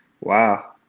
wow